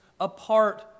apart